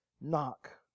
knock